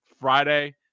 Friday